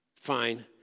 Fine